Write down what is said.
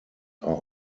are